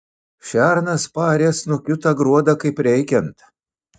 šernas paarė snukiu tą gruodą kaip reikiant